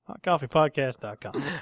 hotcoffeepodcast.com